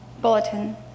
bulletin